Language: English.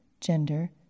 gender